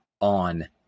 on